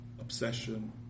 obsession